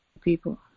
people